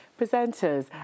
presenters